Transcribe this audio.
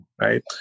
right